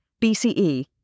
BCE